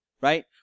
Right